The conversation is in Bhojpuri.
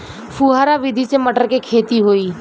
फुहरा विधि से मटर के खेती होई